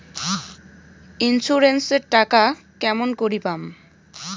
Insurance এর টাকা কেমন করি পাম?